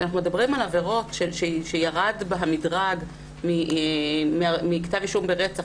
כשאנחנו מדברים על עבירות שירד בהן המדרג מכתב אישום ברצח